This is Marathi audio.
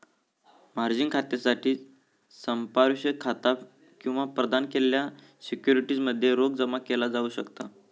मार्जिन खात्यासाठी संपार्श्विक खाता किंवा प्रदान केलेल्या सिक्युरिटीज मध्ये रोख जमा केला जाऊ शकता